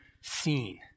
seen